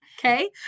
Okay